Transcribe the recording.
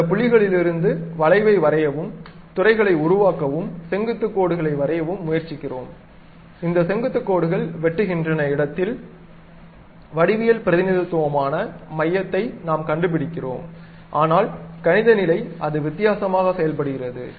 அந்த புள்ளிகளிலிருந்து வளைவை வரையவும் துறைகளை உருவாக்கவும் செங்குத்து கோடுகளை வரையவும் முயற்சிக்கிறோம் இந்த செங்குத்து கோடுகள் வெட்டுகின்ற இடத்தில் வடிவியல் பிரதிநிதித்துவமான மையத்தை நாம் கண்டுபிடிக்கிறோம் ஆனால் கணித நிலை அது வித்தியாசமாக செயல்படுகிறது